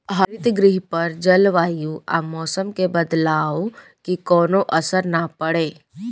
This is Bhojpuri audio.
हरितगृह पर जलवायु आ मौसम के बदलाव के कवनो असर ना पड़े